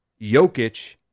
Jokic-